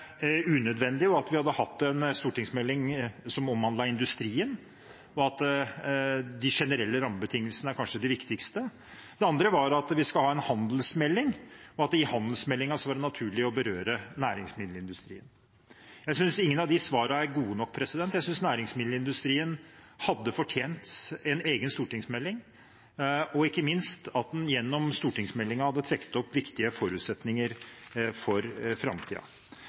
at vi skal ha en handelsmelding, og at det i handelsmeldingen vil være naturlig å berøre næringsmiddelindustrien. Jeg synes ingen av de svarene er gode nok. Jeg synes næringsmiddelindustrien hadde fortjent en egen stortingsmelding, og ikke minst at en gjennom stortingsmeldingen hadde trukket opp viktige forutsetninger for